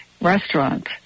restaurant